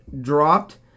dropped